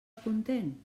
content